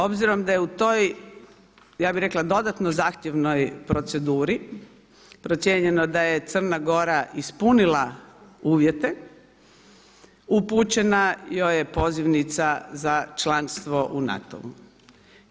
Obzirom da je u toj ja bih rekla dodatno zahtjevnoj proceduri procijenjeno da je Crna Gora ispunila uvjete upućena joj je pozivnica za članstvo u NATO-u.